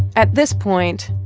at this point,